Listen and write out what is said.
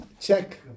check